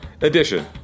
edition